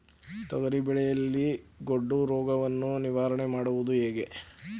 ತೊಗರಿ ಬೆಳೆಯಲ್ಲಿ ಗೊಡ್ಡು ರೋಗವನ್ನು ನಿವಾರಣೆ ಮಾಡುವುದು ಹೇಗೆ?